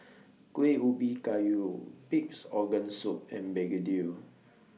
Kueh Ubi Kayu Pig'S Organ Soup and Begedil